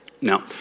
Now